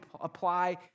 apply